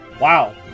Wow